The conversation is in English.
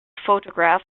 photograph